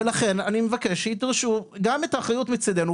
לכן אני מבקש שיידרשו גם את האחריות מצידנו,